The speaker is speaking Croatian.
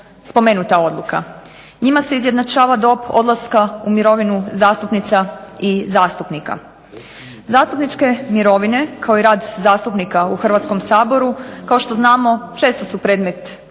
spomenuta odluka. Njima se izjednačava dob odlaska u mirovinu zastupnica i zastupnika. Zastupničke mirovine kao i rad zastupnika u Hrvatskom saboru kao što znamo često su predmet